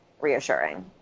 reassuring